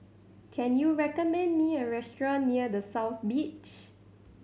can you recommend me a restaurant near The South Beach